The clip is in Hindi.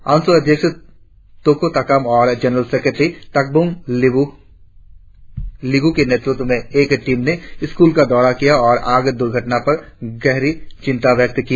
आनसू अध्यक्ष तोको ताकम और जनरल सेकेट्री तुकबॉम लिगु के नेतृत्व में एक टीम ने स्कूल का दौरा किया और घटना पर गंभीर चिंता व्यक्त की